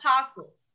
apostles